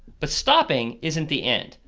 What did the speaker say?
but stoping isn't the end.